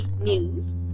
news